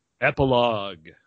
Epilogue